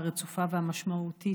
הרצופה והמשמעותית,